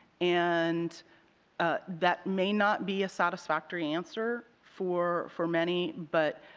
and that may not be a satisfactory answer for for many but,